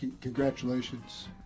Congratulations